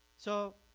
so,